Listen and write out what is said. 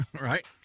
right